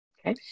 Okay